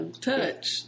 touch